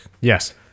Yes